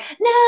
no